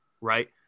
right